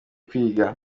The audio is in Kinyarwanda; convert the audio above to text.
kwiga